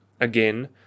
Again